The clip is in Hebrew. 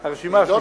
הרשימה השלישית,